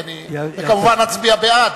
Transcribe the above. כי כמובן אני אצביע בעד,